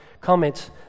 comments